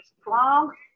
strong